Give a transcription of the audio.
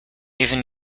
even